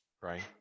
right